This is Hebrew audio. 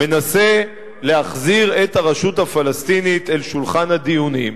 מנסה להחזיר את הרשות הפלסטינית אל שולחן הדיונים,